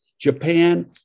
Japan